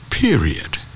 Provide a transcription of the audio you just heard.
period